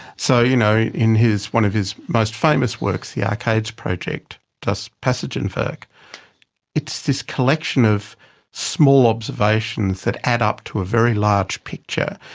so, you know in one of his most famous works, the arcades project, das passagen-werk, it's this collection of small observations that add up to a very large picture.